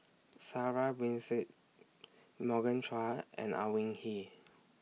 Sarah Winstedt Morgan Chua and Au Hing Yee